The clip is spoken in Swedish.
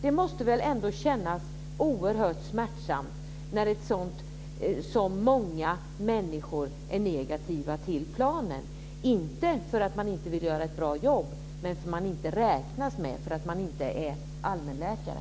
Det måste väl ändå kännas oerhört smärtsamt när så många människor är negativa till planen - inte därför att man inte vill göra ett bra jobb utan därför att man inte räknas, för man är inte allmänläkare.